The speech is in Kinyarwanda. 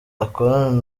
akorana